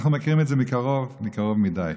אנחנו מכירים את זה מקרוב, מקרוב מדי.